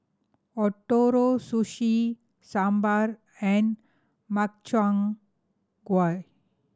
Ootoro Sushi Sambar and Makchang Gui